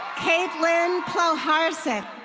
caitlin ploharsic.